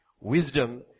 Wisdom